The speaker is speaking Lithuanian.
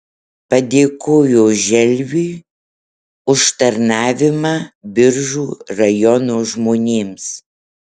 padėkojo želviui už tarnavimą biržų rajono žmonėms